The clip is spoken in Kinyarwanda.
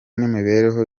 n’imibereho